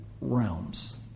realms